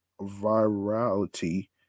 virality